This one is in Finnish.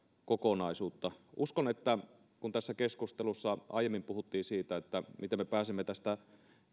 kokonaisuutta uskon että kun tässä keskustelussa aiemmin puhuttiin sitä miten me pääsemme tästä